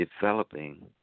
developing